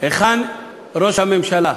היכן ראש הממשלה?